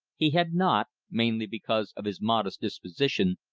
he had not, mainly because of his modest disposition,